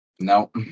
No